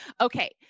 okay